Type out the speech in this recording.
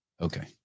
Okay